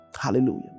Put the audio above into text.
Hallelujah